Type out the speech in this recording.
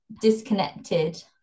disconnected